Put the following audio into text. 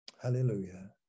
hallelujah